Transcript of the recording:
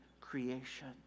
creation